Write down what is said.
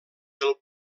del